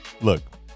look